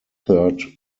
third